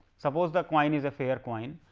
suppose the coin is the fear coin,